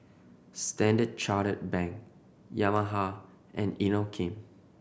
Standard Chartered Bank Yamaha and Inokim